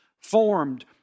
formed